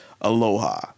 Aloha